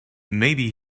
maybe